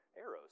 arrows